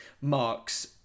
Mark's